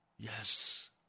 Yes